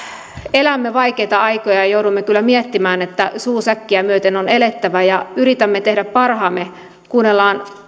elämme vaikeita aikoja joudumme kyllä miettimään että suu säkkiä myöten on elettävä ja yritämme tehdä parhaamme kuunnellaan